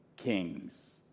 kings